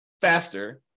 faster